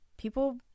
people